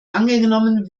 angenommen